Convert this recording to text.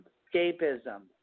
escapism